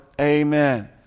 Amen